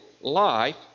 life